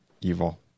evil